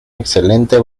excelente